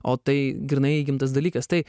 o tai grynai įgimtas dalykas tai